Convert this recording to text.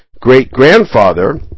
great-grandfather